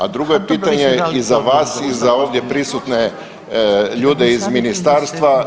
A drugo je pitanje i za vas i za ovdje prisutne ljude iz ministarstva.